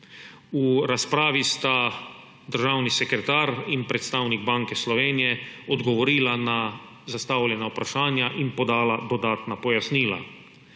V razpravi sta državni sekretar in predstavnik Banke Slovenije odgovorila na zastavljena vprašanja in podala dodatna pojasnila.